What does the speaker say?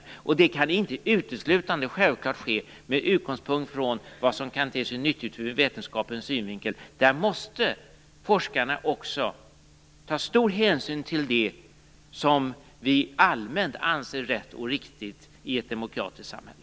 Det kan självfallet inte uteslutande ske med utgångspunkt i vad som kan te sig nyttigt ur vetenskapens synvinkel. Där måste forskarna också ta stor hänsyn till det som vi allmänt anser rätt och riktigt i ett demokratiskt samhälle.